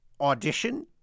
Audition